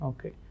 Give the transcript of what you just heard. Okay